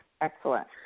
Excellent